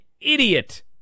idiot